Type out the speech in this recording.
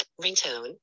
Ringtone